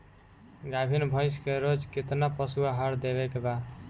गाभीन भैंस के रोज कितना पशु आहार देवे के बा?